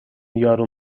یارو